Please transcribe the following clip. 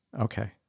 Okay